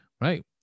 right